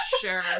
sure